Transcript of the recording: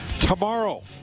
Tomorrow